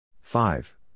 five